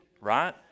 right